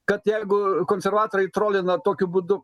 kad jeigu konservatoriai trolina tokiu būdu